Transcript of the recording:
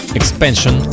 expansion